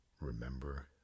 remember